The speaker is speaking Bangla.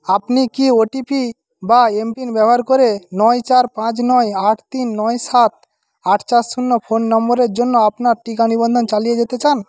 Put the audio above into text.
আপনি কি ও টি পি বা এম পিন ব্যবহার করে নয় চার পাঁচ নয় আট তিন নয় সাত আট চার শূন্য ফোন নম্বরের জন্য আপনার টিকা নিবন্ধন চালিয়ে যেতে চান